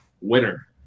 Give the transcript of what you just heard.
winner